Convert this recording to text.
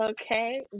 okay